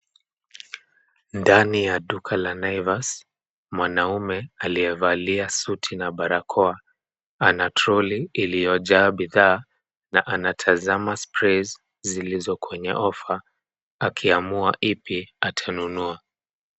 Ndani ya duka la Naivas mwanaume aliyevalia suti na barakoa, ana toroli iliyojaa bidhaa na anatazama sprays zilizo kwenye offer akiamua ipi atanunua.